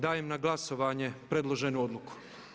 Dajem na glasovanje predloženu odluku.